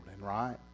right